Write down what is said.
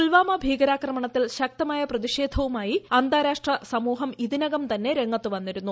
പുൽവാമ ഭീകരാക്രമണത്തിൽ ശക്തമായ പ്രതിഷേധവുമായി അന്താരാഷ്ട്ര സമൂഹം ഇതിനകം തന്നെ രംഗത്ത് വന്നിരുന്നു